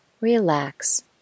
relax